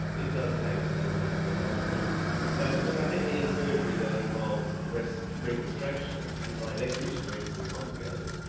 it does take a little bit to recover from but look i think any surgery that involves breast reconstruction is by definition reasonably complicated.